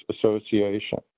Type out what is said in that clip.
Association